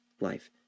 life